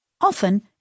often